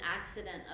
accident